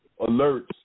alerts